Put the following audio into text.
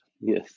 Yes